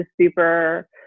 super